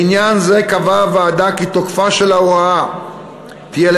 לעניין זה קבעה הוועדה כי תוקפה של ההוראה יהיה